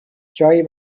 جایی